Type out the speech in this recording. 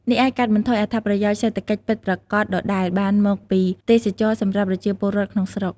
នេះអាចកាត់បន្ថយអត្ថប្រយោជន៍សេដ្ឋកិច្ចពិតប្រាកដដែលបានមកពីទេសចរណ៍សម្រាប់ប្រជាពលរដ្ឋក្នុងស្រុក។